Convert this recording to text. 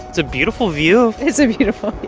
it's a beautiful view it's a beautiful